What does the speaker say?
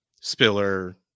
Spiller